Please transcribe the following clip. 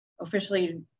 officially